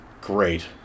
Great